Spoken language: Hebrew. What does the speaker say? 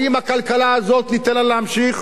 האם הכלכלה הזאת, ניתן לה להמשיך.